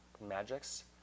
magics